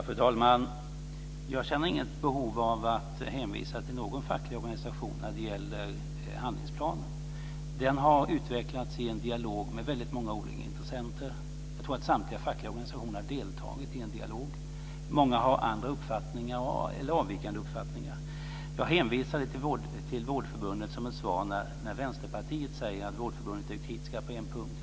Fru talman! Jag känner inte något behov av att hänvisa till någon facklig organisation när det gäller handlingsplanen. Den har utvecklats i en dialog med väldigt många olika intressenter. Jag tror att samtliga fackliga organisationer har deltagit i dialogen och många har andra, eller avvikande, uppfattningar. Jag hänvisade till Vårdförbundet som ett svar till Vänsterpartiet när man därifrån sade att man i Vårdförbundet är kritisk på en punkt.